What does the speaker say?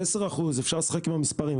10% אפשר לשחק עם המספרים,